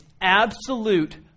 absolute